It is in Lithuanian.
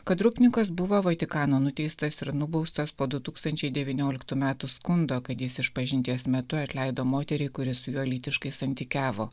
kad rupnikas buvo vatikano nuteistas ir nubaustas po du tūkstančiai devynioliktų metų skundo kad jis išpažinties metu atleido moteriai kuri su juo lytiškai santykiavo